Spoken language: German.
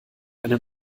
eine